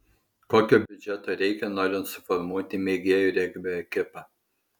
kokio biudžeto reikia norint suformuoti mėgėjų regbio ekipą